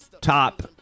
top